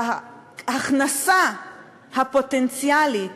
ההכנסה הפוטנציאלית,